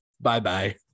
bye-bye